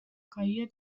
calle